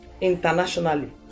internationally